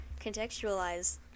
contextualize